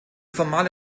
formale